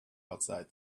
outside